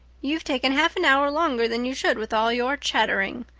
you've taken half an hour longer than you should with all your chattering.